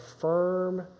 firm